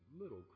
little